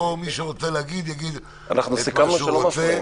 פה מי שרוצה להגיד, יגיד את מה שהוא רוצה.